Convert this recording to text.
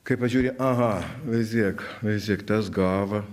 kai pažiūri aha veizėk veizėk tas gava